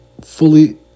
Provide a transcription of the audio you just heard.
fully